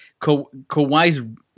Kawhi's